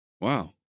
wow